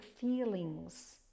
feelings